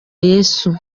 yesu